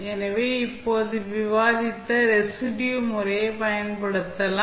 எனவே இப்போது விவாதித்த ரெஸிடுயூ முறையைப் பயன்படுத்தலாம்